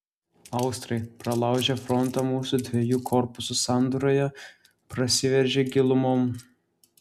austrai pralaužę frontą mūsų dviejų korpusų sandūroje prasiveržė gilumon